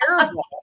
terrible